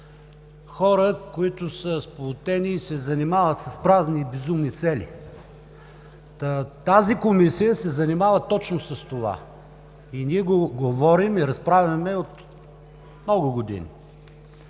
хора, които са сплотени и се занимават с празни и безумни цели. Та тази Комисия се занимава точно с това – ние го говорим и разправяме от много години.